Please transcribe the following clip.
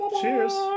Cheers